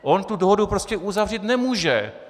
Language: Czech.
On tu dohodu prostě uzavřít nemůže.